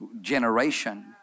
generation